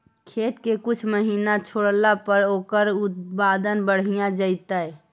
खेत के कुछ महिना छोड़ला पर ओकर उत्पादन बढ़िया जैतइ?